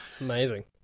amazing